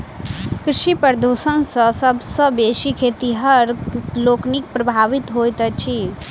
कृषि प्रदूषण सॅ सभ सॅ बेसी खेतिहर लोकनि प्रभावित होइत छथि